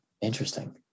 Interesting